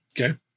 Okay